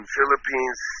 Philippines